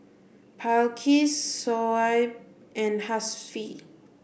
Balqis Shoaib and Hasif